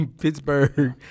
Pittsburgh